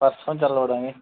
ਪਰਸੋਂ ਚੱਲ ਵੜਾਂਗੇ